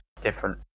different